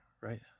right